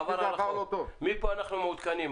מפה אנחנו מעודכנים.